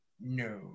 no